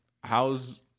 How's